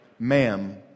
Ma'am